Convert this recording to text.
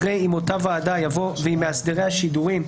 אחרי "עם אותה ועדה" יבוא "ועם מאסדרי השידורים".